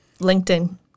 LinkedIn